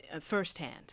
firsthand